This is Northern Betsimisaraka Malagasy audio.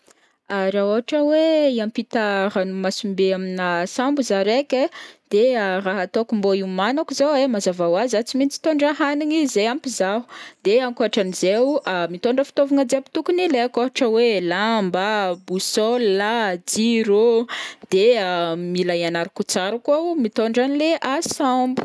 Ah raha ohatra hoe hiampita ranomasimbe amina sambo zah raiky ai, de raha ataoko mba ihomaniko zao ai, mazava ho azy zah tsy maintsy mitondra hanigny izay ampy zaho, de ankoatran'izay o, mitondra fitaovagna jiaby tokony ho ilaiko ohatra hoe lamba, boussole ah, jiro ô, de mila ianarako tsara koa o mitondra an'le Sambo.